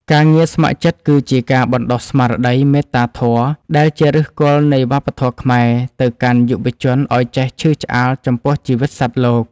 ការងារស្ម័គ្រចិត្តគឺជាការបណ្ដុះស្មារតី មេត្តាធម៌ ដែលជាឫសគល់នៃវប្បធម៌ខ្មែរទៅកាន់យុវជនឱ្យចេះឈឺឆ្អាលចំពោះជីវិតសត្វលោក។